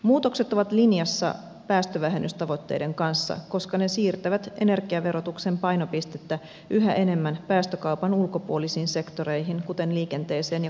muutokset ovat linjassa päästövähennystavoitteiden kanssa koska ne siirtävät energiaverotuksen painopistettä yhä enemmän päästökaupan ulkopuolisiin sektoreihin kuten liikenteeseen ja kulutukseen